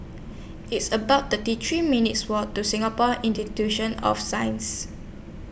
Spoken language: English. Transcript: It's about thirty three minutes' Walk to Singapore Institution of Sciences